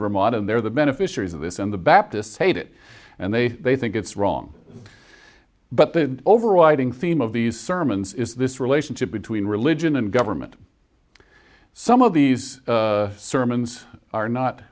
ramadhan there the beneficiaries of this in the baptists hate it and they they think it's wrong but the overriding theme of these sermons is this relationship between religion and government some of these sermons are not